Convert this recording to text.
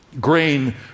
grain